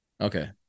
Okay